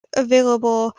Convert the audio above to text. available